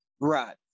Right